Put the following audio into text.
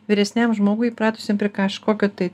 vyresniam žmogui įpratusiam prie kažkokio tai